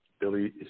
Billy